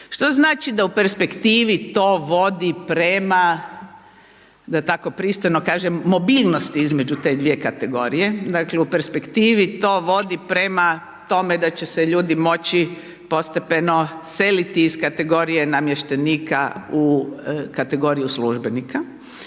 što znači da u perspektivi to vodi prema, da tako pristojno kažem, mobilnosti između te dvije kategorije, dakle, u perspektivi to vodi prema tome da će se ljudi moći postepeno seliti iz kategorije namještenika u kategoriju službenika